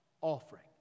offering